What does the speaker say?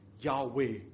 Yahweh